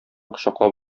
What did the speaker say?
кочаклап